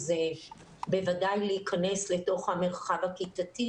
אז בוודאי להיכנס לתוך המרחב הכיתתי.